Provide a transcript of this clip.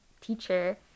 teacher